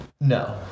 No